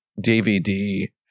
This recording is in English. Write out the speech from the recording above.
DVD